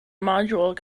module